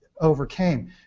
overcame